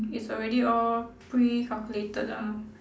it's already all precalculated lah